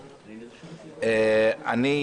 אנחנו,